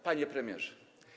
Panie Premierze!